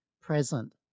present